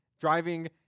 driving